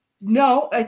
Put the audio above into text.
no